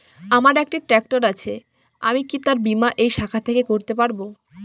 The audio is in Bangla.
আমার একটি ট্র্যাক্টর আছে আমি কি তার বীমা এই শাখা থেকে করতে পারব?